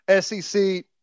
SEC